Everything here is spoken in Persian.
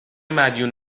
مدیون